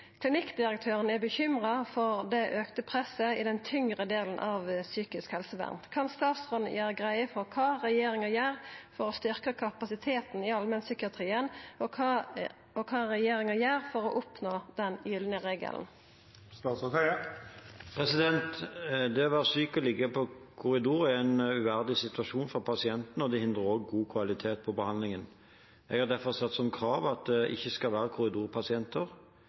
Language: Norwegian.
Klinikkdirektøren er bekymra for det auka presset i den tyngre delen av psykisk helsevern. Kan statsråden gjere greie for kva regjeringa gjer for å styrke kapasiteten i allmennpsykiatrien, og kva regjeringa gjer for å oppnå den gylne regelen?» Det å være syk og ligge på korridor er en uverdig situasjon for pasienten, og det hindrer også god kvalitet på behandlingen. Jeg har derfor satt som krav at det ikke skal være korridorpasienter.